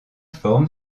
forme